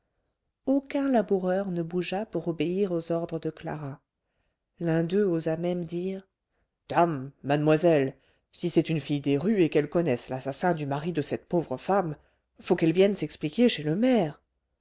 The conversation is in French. aucun laboureur ne bougea pour obéir aux ordres de clara l'un d'eux osa même dire dame mademoiselle si c'est une fille des rues et qu'elle connaisse l'assassin du mari de cette pauvre femme faut qu'elle vienne s'expliquer chez le maire